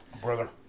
Brother